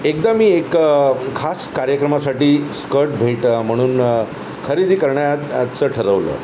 एकदा मी एक खास कार्यक्रमासाठी स्कर्ट भेट म्हणून खरेदी करण्याचं ठरवलं